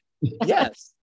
Yes